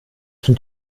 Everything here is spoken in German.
sind